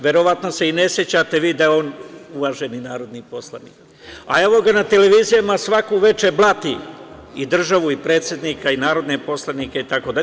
Verovatno se i ne sećate da je on uvaženi narodni poslanik, a evo na televiziji svako veče blati i državu i predsednika i narodne poslanike itd.